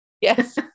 Yes